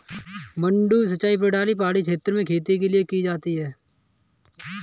मडडू सिंचाई प्रणाली पहाड़ी क्षेत्र में खेती के लिए की जाती है